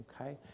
okay